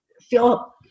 feel –